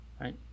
right